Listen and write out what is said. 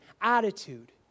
attitude